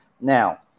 Now